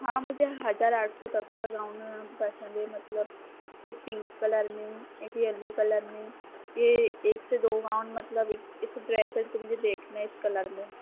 हाँ मुझे हज़ार आठ सौ तक का गाउन पसंद है मतलब एक पिंक कलर में एक येलो कलर में यह एक से दो गाउन मतलब इस ड्रेसेज़ तो मुझे देखना है इस कलर में